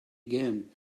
again